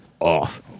off